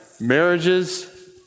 marriages